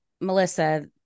melissa